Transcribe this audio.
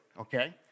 okay